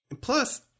plus